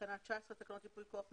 תקנה 19 לתקנות ייפוי כוח תמשך.